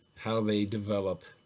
how they develop